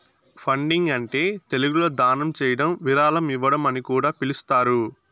funding అంటే తెలుగులో దానం చేయడం విరాళం ఇవ్వడం అని కూడా పిలుస్తారు